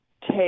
take